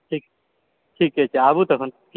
ठीक ठीके छै आबू तहन